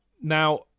Now